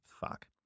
Fuck